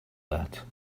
that